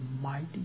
mighty